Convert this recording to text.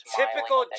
typical